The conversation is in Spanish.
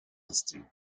distrito